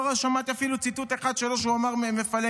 לא שמעתי אפילו ציטוט אחד שלו שהוא מפלג.